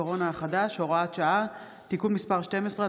הקורונה החדש (הוראת שעה) (תיקון מס' 12),